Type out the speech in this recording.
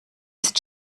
ist